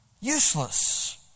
useless